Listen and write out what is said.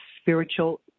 spiritual